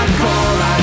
call